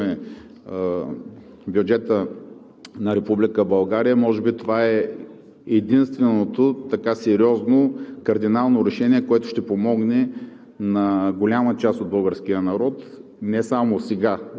Тези дни, от днес, докрая на седмицата, в която ще разглеждаме бюджета на Република България, може би това е единственото така сериозно кардинално решение, което ще помогне